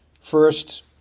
first